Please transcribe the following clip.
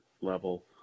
level